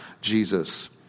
Jesus